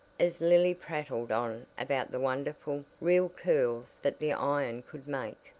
as lily prattled on about the wonderful real curls that the iron could make.